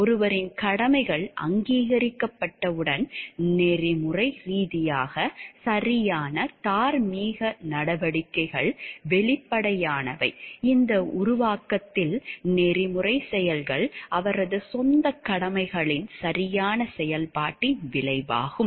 ஒருவரின் கடமைகள் அங்கீகரிக்கப்பட்டவுடன் நெறிமுறை ரீதியாக சரியான தார்மீக நடவடிக்கைகள் வெளிப்படையானவை இந்த உருவாக்கத்தில் நெறிமுறை செயல்கள் அவரது சொந்த கடமைகளின் சரியான செயல்பாட்டின் விளைவாகும்